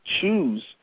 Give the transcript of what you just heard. choose